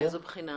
מאיזו בחינה?